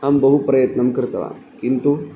अहं बहु प्रयत्नं कृतवान् किन्तु